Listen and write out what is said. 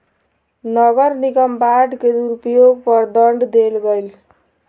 नगर निगम बांड के दुरूपयोग पर दंड देल गेल